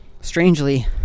strangely